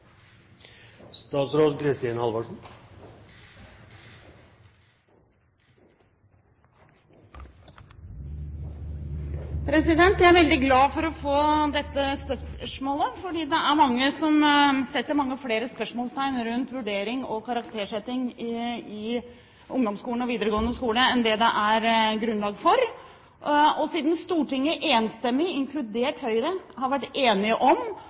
Jeg er veldig glad for å få dette spørsmålet, for det er mange som setter mange flere spørsmålstegn ved vurdering og karaktersetting i ungdomsskolen og videregående skole enn det det er grunnlag for. Siden Stortinget enstemmig, inkludert Høyre, har vært enige om